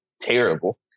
terrible